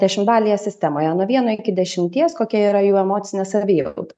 dešimtbalėje sistemoje nuo vieno iki dešimties kokia yra jų emocinė savijauta